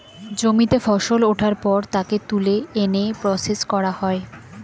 জমিতে ফসল ওঠার পর তাকে তুলে এনে প্রসেস করা হয়